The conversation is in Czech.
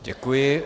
Děkuji.